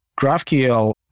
GraphQL